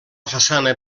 façana